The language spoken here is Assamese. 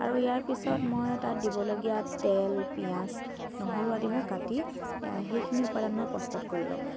আৰু ইয়াৰ পিছত মই তাত দিবলগীয়া তেল পিয়াঁজ নহৰু আদি মই কাটি সেইখিনি উপাদান মই প্ৰস্তুত কৰি লওঁ